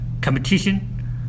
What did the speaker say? competition